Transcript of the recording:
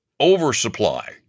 oversupply